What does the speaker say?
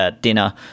dinner